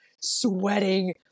sweating